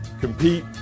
Compete